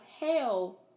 hell